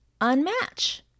unmatch